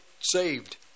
saved